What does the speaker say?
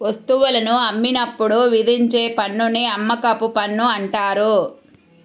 వస్తువులను అమ్మినప్పుడు విధించే పన్నుని అమ్మకపు పన్ను అంటారు